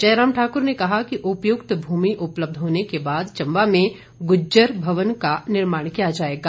जयराम ठाकुर ने कहा कि उपयुक्त भूमि उपलब्ध होने के बाद चम्बा में गुज्जर भवन का निर्माण किया जाएगा